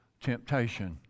temptation